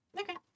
Okay